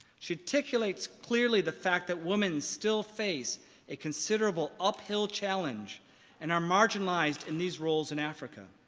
she articulates clearly the fact that women still face a considerable uphill challenge and are marginalised in these roles in africa.